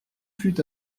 fut